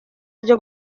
bwo